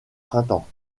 printemps